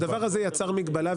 הדבר הזה יצר מגבלה,